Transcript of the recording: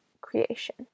creation